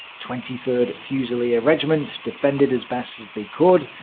twenty third fusilier regiment defended as best as they could,